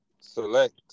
select